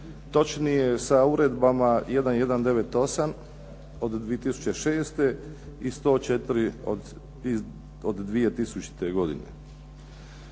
točnije sa uredbama 1198 od 2006. i 104 od 2000. godine